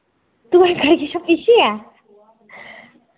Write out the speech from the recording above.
पिच्छे ऐ